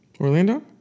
Orlando